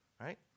right